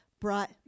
brought